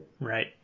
Right